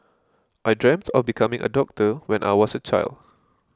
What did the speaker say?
I dreamt of becoming a doctor when I was a child